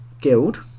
Guild